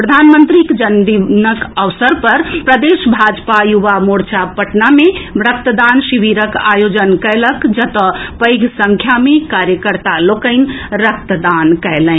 प्रधानमंत्रीक जन्मदिनक अवसर पर प्रदेश भाजपा युवा मोर्चा पटना मे रक्तदान शिविरक आयोजन कयलक जतऽ पैघ संख्या मे कार्यकर्ता लोकनि रक्तदान कयलनि